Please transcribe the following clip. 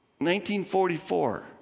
1944